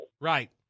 Right